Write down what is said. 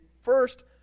first